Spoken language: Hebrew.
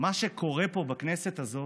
מה שקורה פה בכנסת הזאת